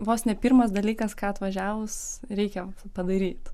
vos ne pirmas dalykas ką atvažiavus reikia padaryt